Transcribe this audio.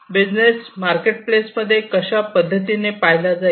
business market place मध्ये कशा पद्धतीने पाहिला जाईल